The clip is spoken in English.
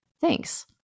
Thanks